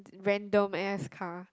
random ass car